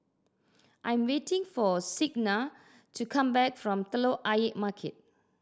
I am waiting for Signa to come back from Telok Ayer Market